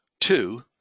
Two